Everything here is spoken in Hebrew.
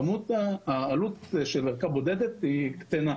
כך העלות של ערכה בודדת קטנה.